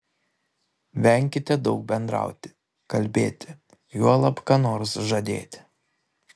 venkite daug bendrauti kalbėti juolab ką nors žadėti